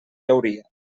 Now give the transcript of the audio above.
hauria